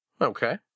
Okay